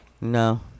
No